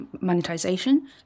monetization